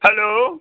hello